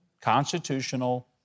constitutional